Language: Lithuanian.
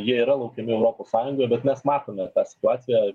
jie yra laukiami europos sąjungoje bet mes matome tą situaciją